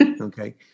Okay